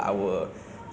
it's it's good lah